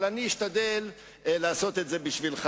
אבל אני אשתדל לעשות את זה בשבילך,